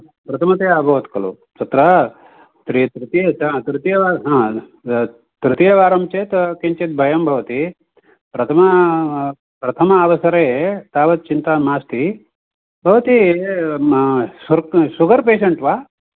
प्रथमतया अभवत् खलु तत्र तृ तृतीय हा तृतीय हा तृतीयवारं चेत् किञ्चित् भयं भवति प्रथम प्रथम अवसरे तावत् चिन्ता नास्ति भवती शुगर् पेषण्ट् वा